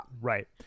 right